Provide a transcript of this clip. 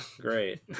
great